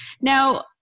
Now